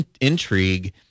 intrigue